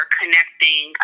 connecting